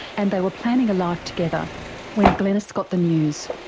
and they were planning a life together when glenys got the news.